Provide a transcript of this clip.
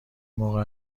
موقع